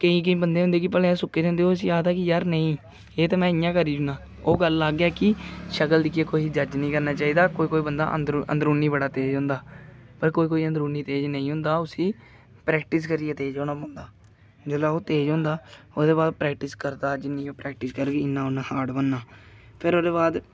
केईं केईं बंदे होंदे कि भलेआं सुक्के दे होंदे ते ओह् उसी आखदा कि नेईं एह् ते में इ'यां करी ओड़ना ओह् गल्ल अलग ऐ कि शकल दिक्खियै कुसै ई जज निं करना चाहिदा कोई कोई बंदा अन्दरुनी बड़ा तेज होंदा पर कोई कोई अन्दरूनी तेज नेईं होंदा उसी प्रैक्टिस करियै तेज होना पौंदा जेल्लै ओह् तेज होंदा ओह्दे बाद प्रैक्टिस करदा जि'न्नी ओह् प्रैक्टिस करग उ'न्ना उ'न्ने हार्ड बनना फिर ओह्दे बाद